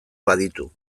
baditu